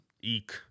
Eek